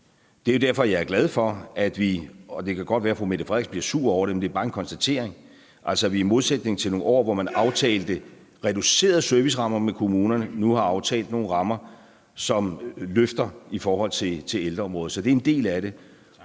Det er derfor, jeg er glad for, at vi – det kan godt være, at fru Mette Frederiksen bliver sur over det, men det er bare en konstatering – i modsætning til nogle år, hvor man aftalte reducerede servicerammer med kommunerne, nu har aftalt nogle rammer, som løfter ældreområdet. Så det er en del af det.